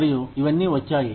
మరియు ఇవన్నీ వచ్చాయి